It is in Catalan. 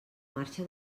marxa